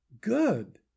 good